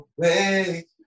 away